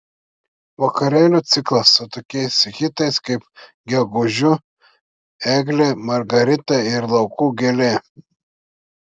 vakarėlių ciklas su tokiais hitais kaip gegužiu eglė margarita ir laukų gėlė